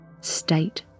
State